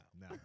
No